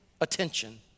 Attention